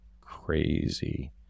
crazy